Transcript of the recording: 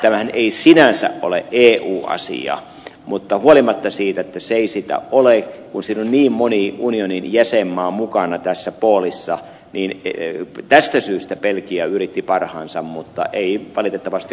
tämähän ei sinänsä ole eu asia mutta huolimatta siitä että se ei sitä ole niin siitä syystä että tässä poolissa on niin moni unionin jäsenmaa mukana tässä poolissa viini ei tästä syystä belgia yritti parhaansa mutta ei valitettavasti onnistunut